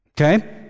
Okay